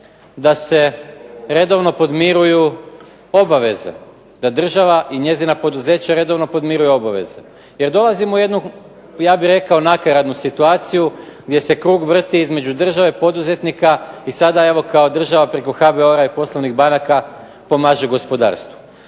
da se redovno podmiruju obaveze, da država i njezina poduzeća redovno podmiruju obveze. Jer dolazimo u jednu ja bih rekao nakaradnu situaciju gdje se krug vrti između države i poduzetnika i sada evo kao država preko HBOR-a i preko poslovnih banaka pomaže gospodarstvu.